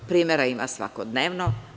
Primera ima svakodnevno.